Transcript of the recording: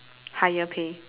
higher pay